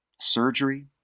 Surgery